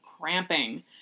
cramping